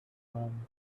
one